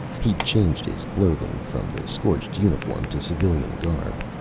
he'd changed his clothing from the scorched uniform to civilian garb.